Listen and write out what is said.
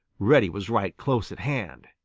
reddy was right close at hand.